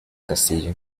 castillo